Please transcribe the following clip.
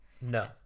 No